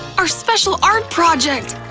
our special art project!